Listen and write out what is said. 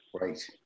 Right